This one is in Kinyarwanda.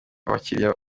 abakiliya